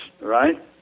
right